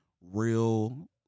real